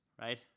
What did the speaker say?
right